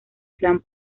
plan